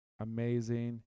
amazing